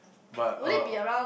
but uh